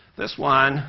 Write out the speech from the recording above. this one